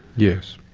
yes.